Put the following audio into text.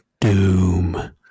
Doom